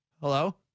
Hello